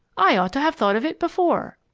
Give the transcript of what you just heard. i ought to have thought of it before.